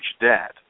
debt